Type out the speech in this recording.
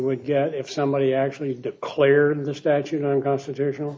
would get if somebody actually declared the statute unconstitutional